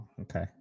okay